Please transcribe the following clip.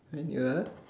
when you were